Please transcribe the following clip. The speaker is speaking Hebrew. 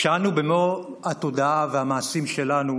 ואנו, במו התודעה והמעשים שלנו,